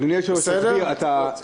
אדוני היושב-ראש, תסביר.